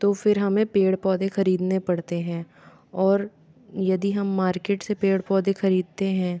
तो फिर हमें पेड़ पौधे खरीदने पड़ते हैं और यदि हम मार्केट से पेड़ पौधे खरीदते हैं